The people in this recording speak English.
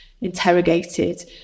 interrogated